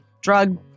drug